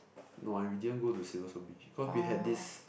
no I we didn't go to Siloso-Beach because like we had this